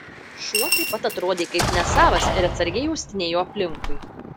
šuo taip pat atrodė kaip nesavas ir atsargiai uostinėjo aplinkui